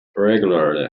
regularly